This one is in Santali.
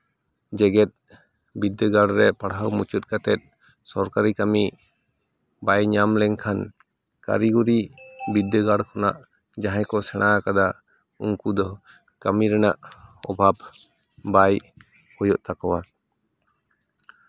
ᱡᱮᱜᱮᱛ ᱵᱤᱫᱽᱫᱟᱹᱜᱟᱲ ᱨᱮ ᱯᱟᱲᱦᱟᱣ ᱢᱩᱪᱟᱹᱫ ᱠᱟᱛᱮ ᱥᱚᱨᱠᱟᱨᱤ ᱠᱟᱹᱢᱤ ᱵᱟᱭ ᱧᱟᱢ ᱞᱮᱱᱠᱷᱟᱱ ᱠᱟᱹᱨᱤᱜᱚᱨᱤ ᱵᱤᱫᱽᱫᱟᱹᱜᱟᱲ ᱠᱷᱚᱱᱟᱜ ᱡᱟᱦᱟᱸᱭ ᱠᱚ ᱥᱮᱬᱟ ᱠᱟᱫᱟ ᱩᱱᱠᱩ ᱫᱚ ᱠᱟᱹᱢᱤ ᱨᱮᱱᱟᱜ ᱚᱵᱷᱟᱵᱽ ᱵᱟᱭ ᱦᱩᱭᱩᱜ ᱛᱟᱠᱚᱣᱟ